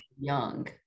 young